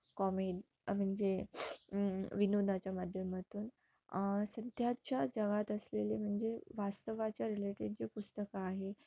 कॉमेड म्हणजे विनोदाच्या माध्यमातून सध्याच्या जगात असलेले म्हणजे वास्तवाच्या रिलेटेड जे पुस्तकं आहे